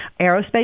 aerospace